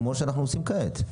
כמו שאנחנו עושים כעת.